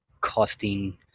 costing